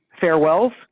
farewells